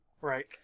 Right